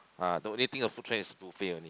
ah the only thing of food trend is buffet only